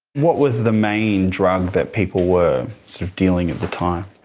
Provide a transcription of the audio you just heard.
what was the main drug that people were sort of dealing at the time?